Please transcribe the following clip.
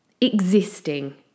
Existing